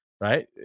right